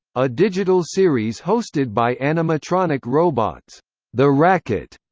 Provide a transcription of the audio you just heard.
a digital series hosted by animatronic robots the racket,